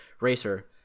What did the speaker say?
racer